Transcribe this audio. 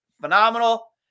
phenomenal